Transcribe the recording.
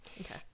Okay